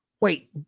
Wait